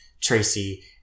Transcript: Tracy